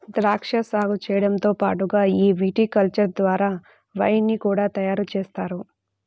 ద్రాక్షా సాగు చేయడంతో పాటుగా ఈ విటికల్చర్ ద్వారా వైన్ ని కూడా తయారుజేస్తారు